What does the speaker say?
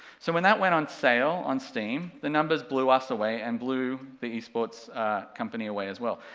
so when that went on sale on steam, the numbers blew us away and blew the esports company away as well.